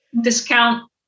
discount